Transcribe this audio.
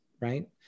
right